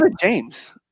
James